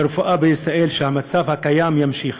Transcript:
והרפואה בישראל שהמצב הקיים יימשך.